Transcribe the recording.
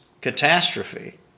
catastrophe